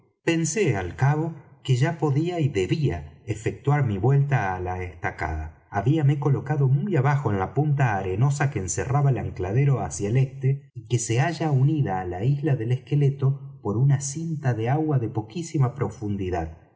pensé al cabo que ya podía y debía efectuar mi vuelta á la estacada habíame colocado muy abajo en la punta arenosa que encerraba el ancladero hacia el este y que se halla unida á la isla del esqueleto por una cinta de agua de poquísima profundidad